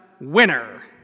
Winner